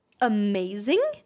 amazing